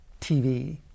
TV